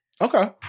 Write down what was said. Okay